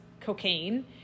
cocaine